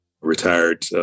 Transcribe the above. retired